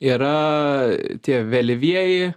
yra tie vėlyvieji